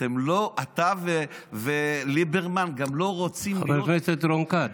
אתה וליברמן גם לא רוצים להיות, חבר הכנסת רון כץ.